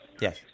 Yes